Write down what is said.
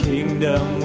kingdom